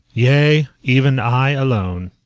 yea, even i alone.